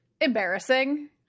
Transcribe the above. embarrassing